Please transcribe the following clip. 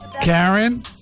Karen